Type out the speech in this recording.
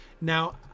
Now